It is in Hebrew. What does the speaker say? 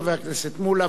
חבר הכנסת שלמה מולה,